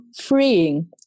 freeing